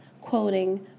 quoting